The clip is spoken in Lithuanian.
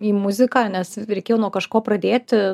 į muziką nes reikėjo nuo kažko pradėti